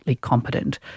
competent